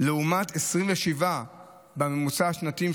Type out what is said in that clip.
לעומת 27 בממוצע השנתי,